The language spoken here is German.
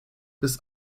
bis